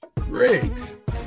Great